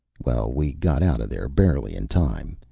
well, we got out of there barely in time.